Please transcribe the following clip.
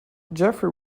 jeffery